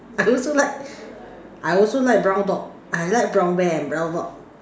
I also like I also like brown dog I like brown bear and brown dog